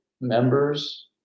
members